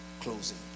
closing